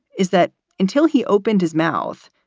is that until he opened his mouth,